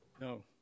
No